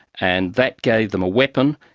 and that gave them a weapon.